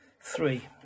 three